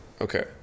Okay